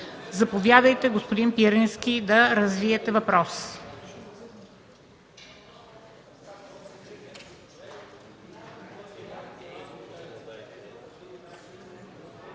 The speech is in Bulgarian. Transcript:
Заповядайте, господин Пирински, да развиете въпроса.